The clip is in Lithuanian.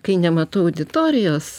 kai nematau auditorijos